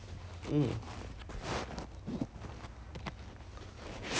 you have other options then you just take the other option lah then you leave a job for